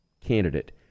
candidate